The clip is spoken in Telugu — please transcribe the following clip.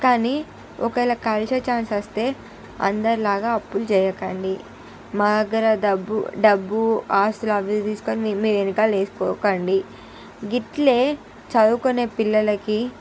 కానీ ఒకవేళ కలిసే ఛాన్స్ వస్తే అందరిలాగా అప్పులు చేయకండి మా దగ్గర డబ్బు డబ్బు ఆస్తులు అవి తీసుకుని మీ వెనకాల వేసుకోకండి గిట్లే చదువుకునే పిల్లలకి